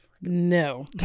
No